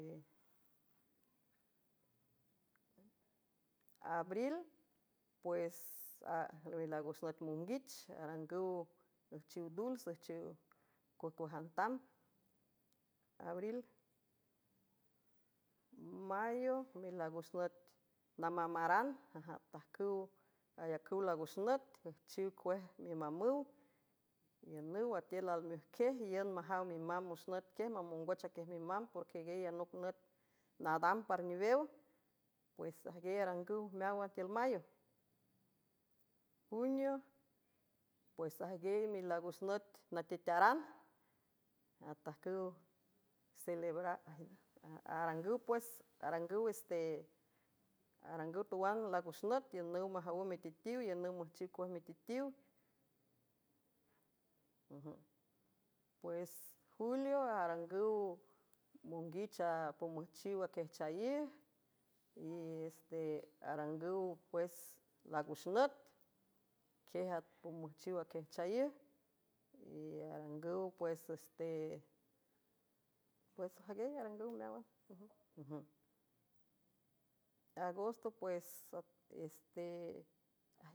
Arlmilagwüx nüt monguich arangüw üjchiw dul süjchiw cejcuajantan abril mayo milagux nüt namamaran atajcüw ayacüw lagux nüt üjchiw cuej mimamüw iünüw atiül almiüjquiej iün majaw mimamb wüx nüt quiej mamongoch aquiej mimamb porqeguiey anoc nüt nadam par nivew pues ajgiey arangüw meáwan tiül mayo junio pues ajgey milagux nüt natetaran tj rrw earangüw tawan lagux nüt iünüw majawüw miteatiw yünüw müjchiw cuej miteatiwpues julio arangüw monguich apomüjchiw aquiejchayiüj r pues lagux nüt quiej atpomüjchiw aquiejchayiü pues jagey arangüw meáwan agosto puesiste.